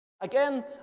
Again